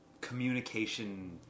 Communication